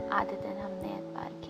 आदतन हमने ऐतबार किया।